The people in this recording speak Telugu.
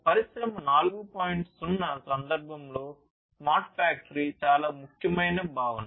0 సందర్భంలో స్మార్ట్ ఫ్యాక్టరీ చాలా ముఖ్యమైన భావన